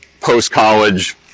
post-college